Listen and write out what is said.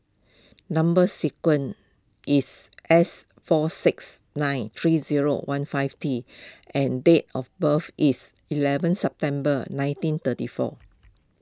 Number Sequence is S four six nine three zero one five T and date of birth is eleven September nineteen thirty four